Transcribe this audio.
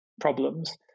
problems